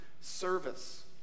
Service